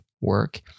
work